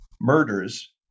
murders